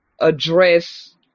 address